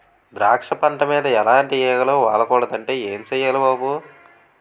ద్రాక్ష పంట మీద ఎలాటి ఈగలు వాలకూడదంటే ఏం సెయ్యాలి బాబూ?